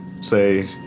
say